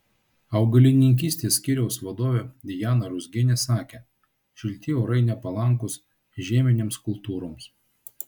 augalininkystės skyriaus vadovė dijana ruzgienė sakė šilti orai nepalankūs žieminėms kultūroms